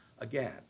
again